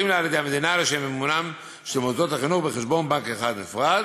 לה מהמדינה לשם מימונם של מוסדות החינוך בחשבון בנק אחד נפרד,